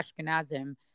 Ashkenazim